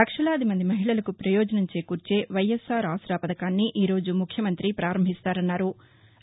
లక్షలాది మంది మహిళలకు ప్రయోజనం చేకూర్చే వైఎస్సార్ ఆసరా పథకాన్ని ఈరోజు ముఖ్యమంత్రి పారంభిస్తారన్నారు